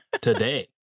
today